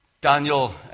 Daniel